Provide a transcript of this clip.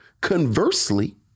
conversely